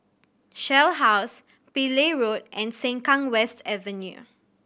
Shell House Pillai Road and Sengkang West Avenue